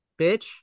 bitch